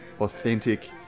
authentic